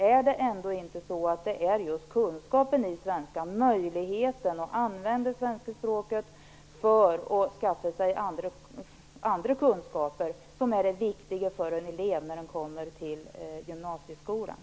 Är det ändå inte kunskapen i svenska, möjligheten att använda svenska språket för att skaffa sig andra kunskaper, som är det viktiga för en elev som kommer till gymnasieskolan?